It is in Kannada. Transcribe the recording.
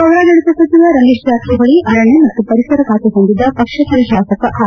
ಪೌರಾಡಳಿತ ಸಚಿವ ರಮೇಶ್ ಜಾರಕಿಹೊಳಿ ಅರಣ್ಯ ಮತ್ತು ಪರಿಸರ ಖಾತೆ ಹೊಂದಿದ್ದ ಪಕ್ಷೇತರ ಶಾಸಕ ಆರ್